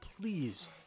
please